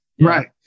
Right